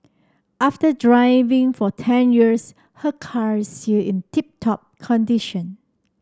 after driving for ten years her car is still in tip top condition